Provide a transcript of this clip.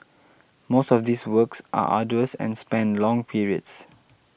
most of these works are arduous and span long periods